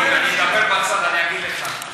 נדבר בצד, אני אגיד לך.